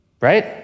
right